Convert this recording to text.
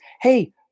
hey